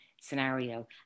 scenario